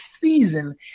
season